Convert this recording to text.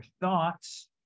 thoughts